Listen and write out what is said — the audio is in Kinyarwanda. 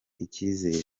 icyizere